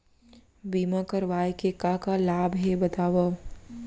बीमा करवाय के का का लाभ हे बतावव?